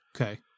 Okay